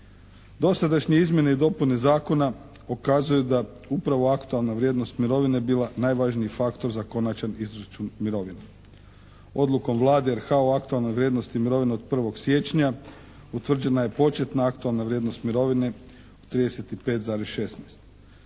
Dosadašnje izmjene i dopune zakona pokazuju da upravo aktualna vrijednost mirovine bila najvažniji faktor za konačan izračun mirovina. Odlukom Vlade RH o aktualnosti vrijednosti mirovina od 1. siječnja utvrđena je početna aktualna vrijednost mirovine u 35,16.